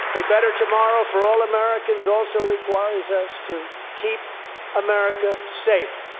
a better tomorrow for all americans also requires us to keep america safe.